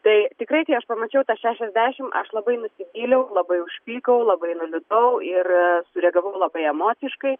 tai tikrai kai aš pamačiau tą šešiasdešim aš labai nusivyliau labai užpykau labai nuliūdau ir sureagavau labai emociškai